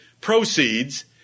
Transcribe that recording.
proceeds